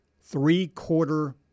three-quarter